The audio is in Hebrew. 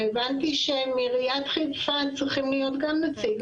והבנתי שמעיריית חיפה צריכים להיות גם נציג.